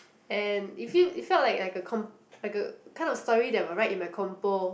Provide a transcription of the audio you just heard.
and it feel it felt like like a com~ like a kind of story that I may write in my compo